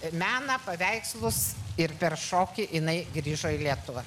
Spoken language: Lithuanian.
meną paveikslus ir per šokį jinai grįžo į lietuvą